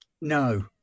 No